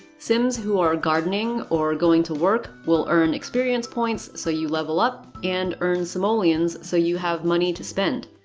sims who are gardening or going to work will earn experience points so you level up, and earn simoleons so you have money to spend.